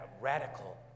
radical